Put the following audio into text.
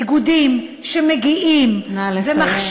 איגודים, שמגיעים, נא לסיים.